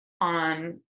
on